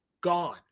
gone